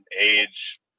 age